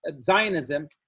Zionism